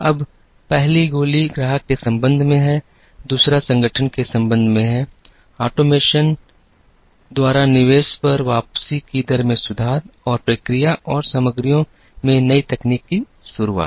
अब पहली गोली ग्राहक के संबंध में है दूसरा संगठन के संबंध में है ऑटोमेशन या ऑटोमेशन द्वारा निवेश पर वापसी की दर में सुधार और प्रक्रिया और सामग्रियों में नई तकनीक की शुरुआत